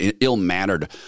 ill-mannered